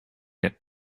get